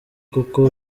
koko